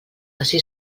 ací